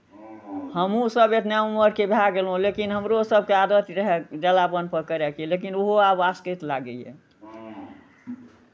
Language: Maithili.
हमहूँसभ इतना उमरके भए गेलहुँ लेकिन हमरो सभकेँ आदत रहए जलावनपर करयके लेकिन ओहो आब आसकति लागैए